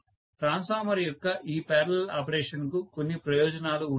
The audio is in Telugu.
ట్రాన్స్ఫార్మర్ యొక్క ఈ పారలల్ ఆపరేషన్ కు కొన్ని ప్రయోజనాలు ఉన్నాయి